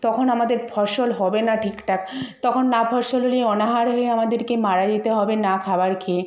তখন আমাদের ফসল হবে না ঠিকঠাক তখন না ফসল নিয়ে অনাহারেই আমাদেরকে মারা যেতে হবে না খাবার খেয়ে